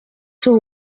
sus